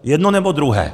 Jedno, nebo druhé.